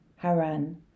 Haran